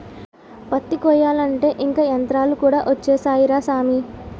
పత్తి కొయ్యాలంటే ఇంక యంతరాలు కూడా ఒచ్చేసాయ్ రా సామీ